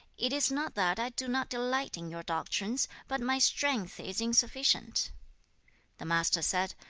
it is not that i do not delight in your doctrines, but my strength is insufficient the master said,